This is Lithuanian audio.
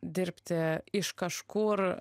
dirbti iš kažkur